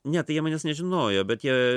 ne tai jie manęs nežinojo bet jie